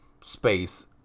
space